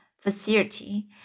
facility